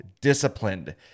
disciplined